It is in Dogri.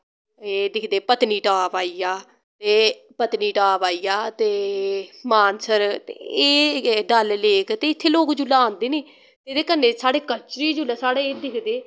एह् दिखदे पतनीटाप आई गेआ एह् पतनीटाप आई गेआ ते मानसर एह् डल लेक ते इत्थै लोक जुल्लै आंदे निं एह्दे कन्नै साढ़े कल्चर गी जुल्लै साढ़े एह् दिखदे